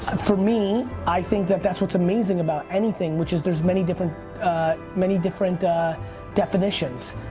for me i think that that's what's amazing about anything which is there's many different many different definitions.